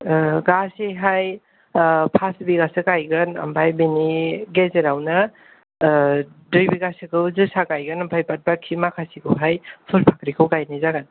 गासै हाय फास बिगासो गायगोन आमफ्राय बिनि गेजेरावनो दुइ बिगासो खौ जोसा गायगोन आमफ्राय बाथ बाकि माखासेखौ हाय फुल फाखरिखौ गायनाय जागोन